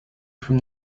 from